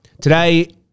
today